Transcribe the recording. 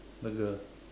the girl